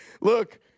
Look